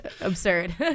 absurd